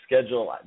schedule